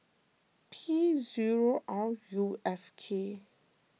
P zero R U F K